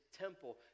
temple